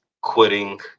quitting